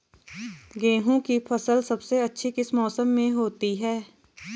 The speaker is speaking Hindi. गेहूँ की फसल सबसे अच्छी किस मौसम में होती है